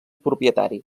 propietari